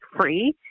free